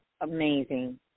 amazing